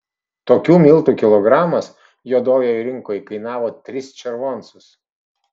tokių miltų kilogramas juodojoj rinkoj kainavo tris červoncus